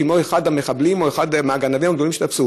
כמו אחד המחבלים או אחד הגנבים שתפסו.